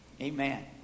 Amen